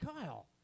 Kyle